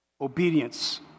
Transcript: Obedience